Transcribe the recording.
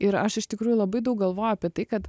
ir aš iš tikrųjų labai daug galvojau apie tai kad